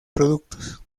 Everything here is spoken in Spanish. productos